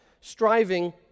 striving